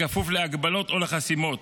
בכפוף להגבלות או לחסימות,